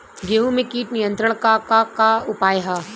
गेहूँ में कीट नियंत्रण क का का उपाय ह?